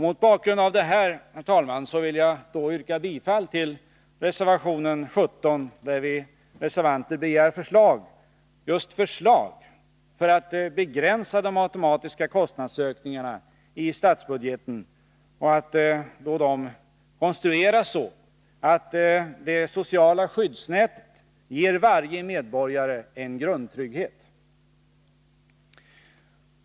Mot bakgrund av detta, herr talman, vill jag yrka bifall till reservation 17, där vi reservanter begär förslag för att begränsa de automatiska kostnadsökningarna i statsbudgeten och att de konstrueras så att det sociala skyddsnätet ger varje medborgare en grundtrygghet.